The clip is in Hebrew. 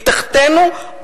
מתחתינו,